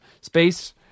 space